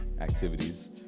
activities